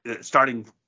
starting